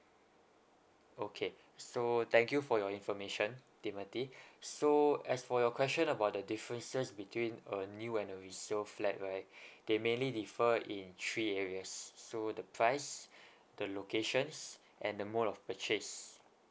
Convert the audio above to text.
okay so thank you for your information timothy so as for your question about the differences between a new and a resale flat right they mainly differ in three areas so the price the locations and the mode of purchase